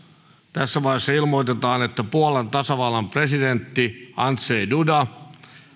tässä vaiheessa ilmoitetaan että puolan tasavallan presidentti andrzej duda